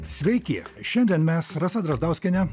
sveiki šiandien mes rasa drazdauskienė